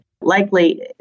Likely